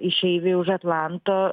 išeiviai už atlanto